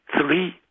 three